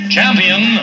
champion